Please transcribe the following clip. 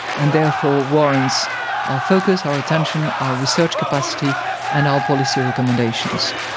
and therefore warrants our focus, our attention, our research capacity and our policy recommendations